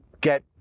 get